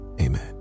amen